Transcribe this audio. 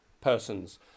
persons